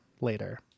later